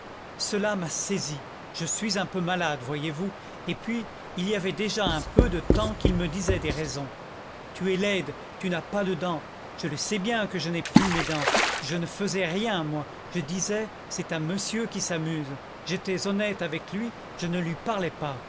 cela m'a saisie je suis un peu malade voyez-vous et puis il y avait déjà un peu de temps qu'il me disait des raisons tu es laide tu n'as pas de dents je le sais bien que je n'ai plus mes dents je ne faisais rien moi je disais c'est un monsieur qui s'amuse j'étais honnête avec lui je ne lui parlais pas